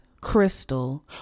Crystal